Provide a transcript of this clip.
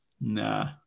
nah